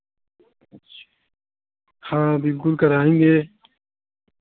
अच्छा हाँ बिल्कुल कराएंगे